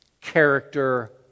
character